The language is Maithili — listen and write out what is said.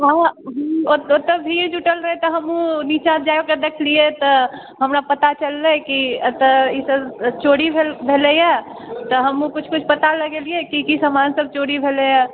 ओतऽ भीड़ जुटल रहै तऽ हमहुँ नीचाँ जाइ के देखलियै तऽ हमरा पता चललै कि एतऽ चोरी भेलैया तऽ हमहुँ किछु किछु पता लगेलियै की की समान सब चोरी भेलैया